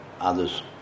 others